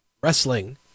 wrestling